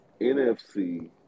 NFC